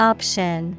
Option